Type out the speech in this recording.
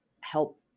help